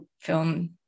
film